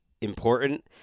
important